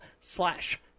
slash